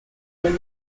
were